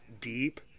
deep